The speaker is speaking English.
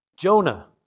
Jonah